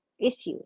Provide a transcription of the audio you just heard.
issues